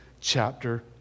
chapter